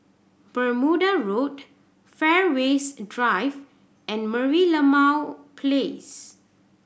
Bermuda Road Fairways Drive and Merlimau Place